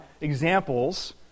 examples